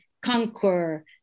conquer